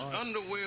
underwear